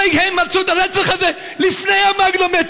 הרי הם עשו את הרצח הזה לפני המגנומטר.